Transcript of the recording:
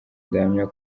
ndahamya